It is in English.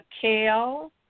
kale